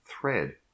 thread